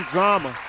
Drama